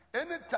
Anytime